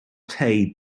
tei